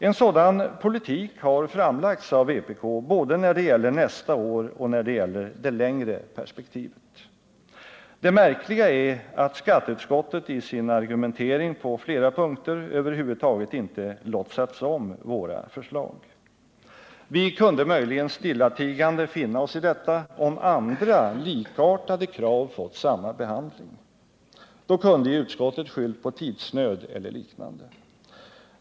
En sådan politik har framlagts av vpk både när det gäller nästa år och när det gäller det längre perspektivet. Det märkliga är att skatteutskottet i sin argumentering på flera punkter över huvud taget inte låtsas om våra förslag. Vi kunde möjligen stillatigande finna oss i detta, om andra likartade krav fått samma behandling. Då kunde ju utskottet ha skyllt på tidsnöd eller liknande.